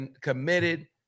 committed